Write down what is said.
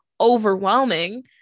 overwhelming